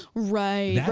right. yeah